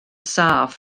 saff